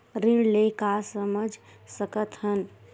ऋण ले का समझ सकत हन?